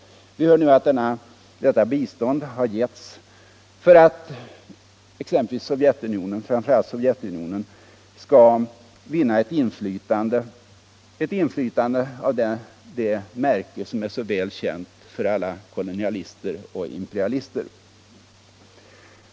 Det hävdas nu att detta bistånd har givits för att framför allt Sovjetunionen skall vinna ett inflytande av ett märke som är så väl känt för alla kolonialister och imperialister.